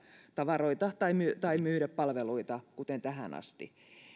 tavaroita tai myydä tai myydä palveluita kuin tähän asti